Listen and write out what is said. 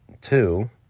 Two